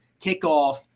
kickoff